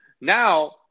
now